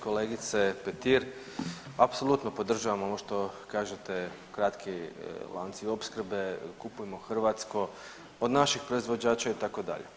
Kolegice Petir, apsolutno podržavam ovo što kažete kratki lanci opskrbe, kupujmo hrvatsko od naših proizvođača itd.